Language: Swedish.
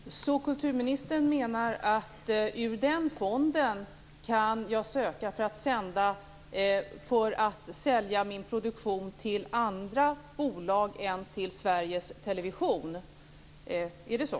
Fru talman! Kulturministern menar att jag ur den fonden kan söka för att sälja min produktion till andra bolag än till Sveriges television? Är det så?